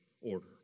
order